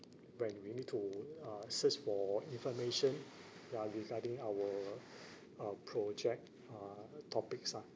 when we need to uh search for information ya regarding our uh project uh topics ah